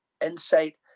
insight